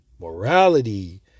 Morality